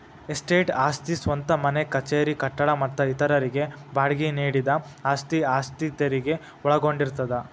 estate ಆಸ್ತಿ ಸ್ವಂತ ಮನೆ ಕಚೇರಿ ಕಟ್ಟಡ ಮತ್ತ ಇತರರಿಗೆ ಬಾಡ್ಗಿ ನೇಡಿದ ಆಸ್ತಿ ಆಸ್ತಿ ತೆರಗಿ ಒಳಗೊಂಡಿರ್ತದ